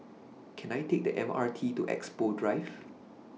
Can I Take The MRT to Expo Drive